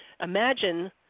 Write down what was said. imagine